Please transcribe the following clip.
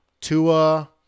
Tua